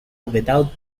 without